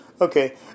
Okay